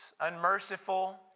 unmerciful